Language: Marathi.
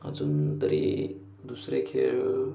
अजून तरी दुसरे खेळ